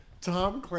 Tom